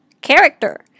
character